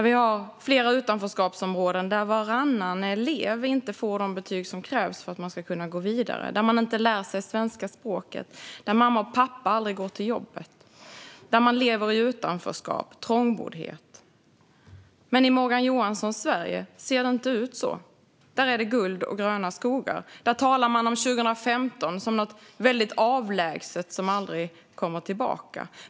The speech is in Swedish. Vi har flera utanförskapsområden där varannan elev inte får de betyg som krävs för att kunna gå vidare, där man inte lär sig svenska språket, där mamma och pappa aldrig går till jobbet, där man lever i utanförskap och trångboddhet. Men i Morgan Johanssons Sverige ser det inte ut så. Där är det guld och gröna skogar. Han talar om 2015 som något väldigt avlägset som aldrig kommer tillbaka.